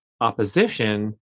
opposition